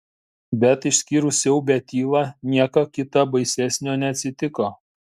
bet išskyrus siaubią tylą nieko kita baisesnio neatsitiko